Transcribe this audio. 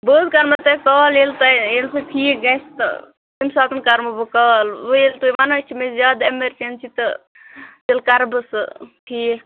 بہٕ حٲز کَرناوٕ تۄہہِ کال ییٚلہِ تۄہہِ ییٚلہِ سُہ ٹھیٖک گَژھہِ تہٕ تَمہ ساتَن کَرناو بہٕ کال ووں ییٚلہِ تُہۍ ونان چھُو مےٚ چھِ زیادٕ ایمَرجَنسی تہٕ تیٚلہِ کَرٕ بہٕ سُہ ٹھیٖک